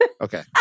Okay